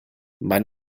mein